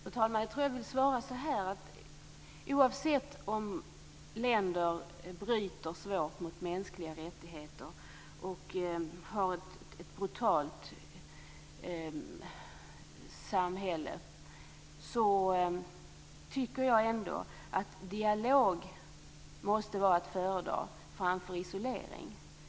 Fru talman! Jag vill svara så att oavsett om länder bryter svårt mot mänskliga rättigheter och har ett totalitärt samhälle, tycker jag ändå att dialog måste vara att föredra framför isolering.